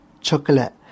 chocolate